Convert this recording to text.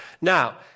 Now